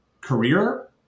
career